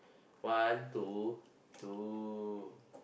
one two two